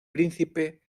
príncipe